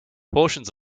portions